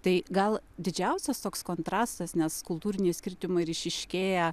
tai gal didžiausias toks kontrastas nes kultūriniai skirtiumai ryšiškėja